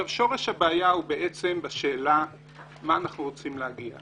שורש הבעיה הוא בשאלה מה אנחנו רוצים להגיד.